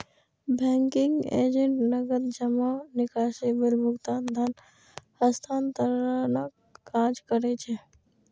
banking agent नकद जमा, निकासी, बिल भुगतान, धन हस्तांतरणक काज करै छै